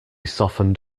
softened